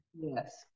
Yes